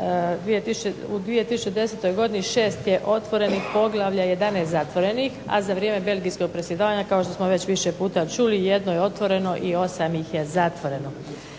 2010. godini 6 je otvorenih poglavlja, 11 zatvorenih, a za vrijeme Belgijskog predsjedavanja kao što smo već više puta čuli 1 je otvoreno i 8 ih je zatvoreno.